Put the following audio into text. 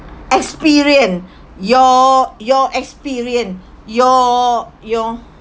experience your your experience your your